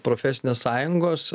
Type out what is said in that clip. profesinės sąjungos